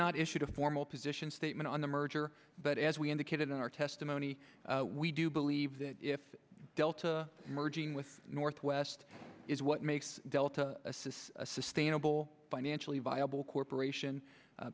not issued a formal position statement on the merger but as we indicated in our testimony we do believe that if delta merging with northwest is what makes delta assist a sustainable financially viable corporation